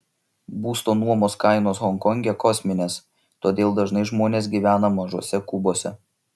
būsto nuomos kainos honkonge kosminės todėl dažnai žmonės gyvena mažuose kubuose